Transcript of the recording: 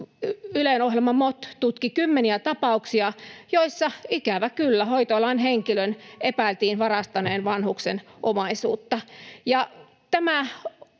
Ylen ohjelma MOT tutki kymmeniä tapauksia, joissa ikävä kyllä hoitoalan henkilön epäiltiin varastaneen vanhuksen omaisuutta.